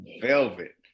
Velvet